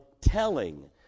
telling